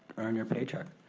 earn your paycheck.